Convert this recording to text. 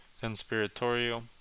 conspiratorial